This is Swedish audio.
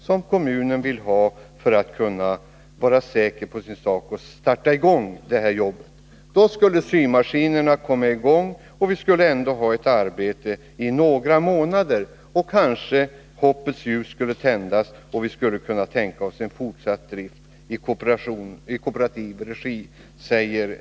som kommunen begär för att kunna vara säker på sin sak och starta det här jobbet. — Då, säger Eisersömmerskorna, skulle symaskinerna komma i gång, och vi skulle ha arbete i några månader. Kanske hoppets ljus skulle tändas och vi skulle kunna tänka oss en fortsatt drift med kooperativ regim.